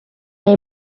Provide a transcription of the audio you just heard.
been